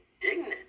dignity